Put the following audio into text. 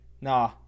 nah